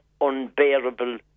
unbearable